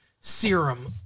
serum